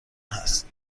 هست